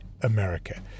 America